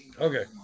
Okay